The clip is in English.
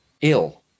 ill